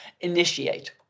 initiate